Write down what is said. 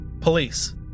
Police